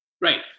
Right